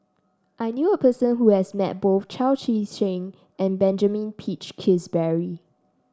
I knew a person who has met both Chao Tzee Cheng and Benjamin Peach Keasberry